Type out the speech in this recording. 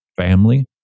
family